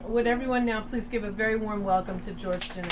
would everyone now please give a very warm welcome to george